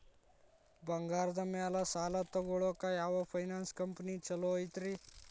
ಬಂಗಾರದ ಮ್ಯಾಲೆ ಸಾಲ ತಗೊಳಾಕ ಯಾವ್ ಫೈನಾನ್ಸ್ ಕಂಪನಿ ಛೊಲೊ ಐತ್ರಿ?